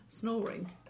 Snoring